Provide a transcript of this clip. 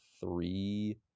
three